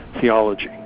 theology